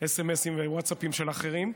סמ"סים ווטסאפים של אחרים,